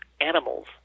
animals